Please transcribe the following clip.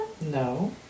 No